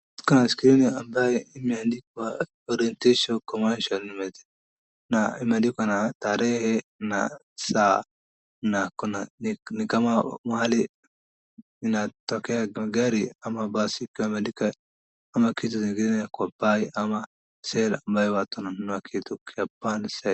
Kuna screen ambaye imeandikwa Orientation Commercial Limited . Na imeandikwa na tarehe na saa. Na kuna ni kama mahali inatokea gari ama basi kama imeandikwa kama kitu zingine kwa buy ama sell ambaye watu wananunua kitu. Iko hapa na hapa.